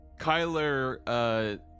Kyler